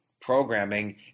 programming